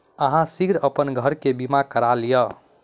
अहाँ शीघ्र अपन घर के बीमा करा लिअ